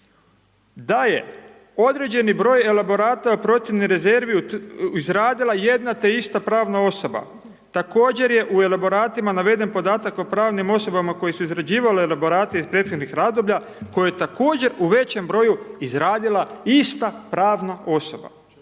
da je određeni broj elaborata procjene rezervi izradila jedna te ista pravna osoba, također je u elaboratima naveden podatak o pravnim osobama koji su izrađivali elaborate iz prethodnih razdoblja, koje također u većem broju izradila ista pravna osoba.